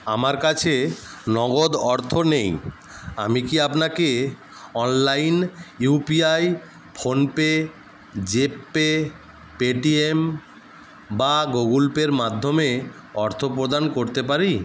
আমার কাছে নগদ অর্থ নেই আমি কি আপনাকে online UPI PhonePe G pay Paytm বা গুগল পের মাধ্যমে অর্থ প্রদান করতে পারি